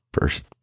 first